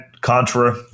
contra